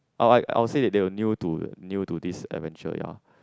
oh I I would say they are new to new to this adventure ya